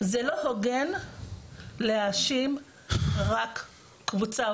זה לא הוגן להאשים רק קבוצה,